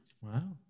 Wow